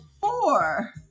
four